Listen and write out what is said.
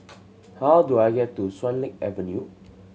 how do I get to Swan Lake Avenue